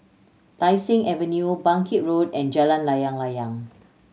Tai Seng Avenue Bangkit Road and Jalan Layang Layang